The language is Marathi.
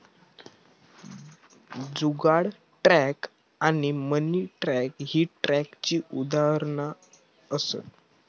जुगाड ट्रक आणि मिनी ट्रक ही ट्रकाची उदाहरणा असत